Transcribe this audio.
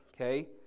okay